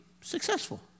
successful